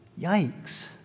Yikes